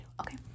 Okay